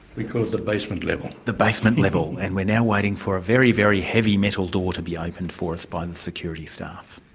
we call it the basement level. the basement level. and we're now waiting for a very, very heavy metal door to be opened for us by the security staff.